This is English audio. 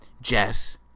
Jess